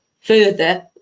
further